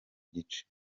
gice